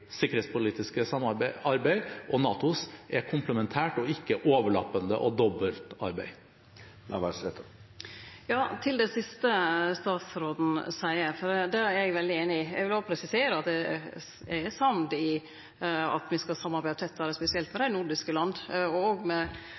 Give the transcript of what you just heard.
sikkerhetspolitiske samarbeid er komplementært og ikke overlappende, i form av dobbeltarbeid. Til det siste utanriksministeren seier: Det er eg veldig samd i. Eg vil òg presisere at eg er samd i at me skal samarbeide tettare, spesielt med dei nordiska landa – og òg med